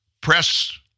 press